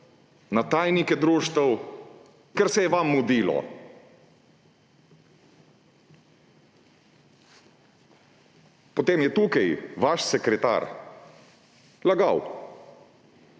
na tajnike društev, ker se je vam mudilo! Potem je tukaj vaš sekretar lagal.